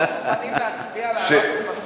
אנחנו מוכנים להצביע להעלות את משכורתך,